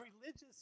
religious